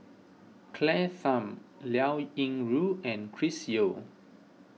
Claire Tham Liao Yingru and Chris Yeo